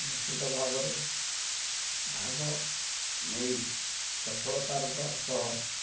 ନିଶ୍ଚିତ ଭାବରେ ଭାଗ ନେଇ ସଫଳତାରତ ସହ